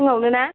फुङावनो ना